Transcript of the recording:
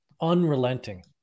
unrelenting